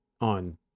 On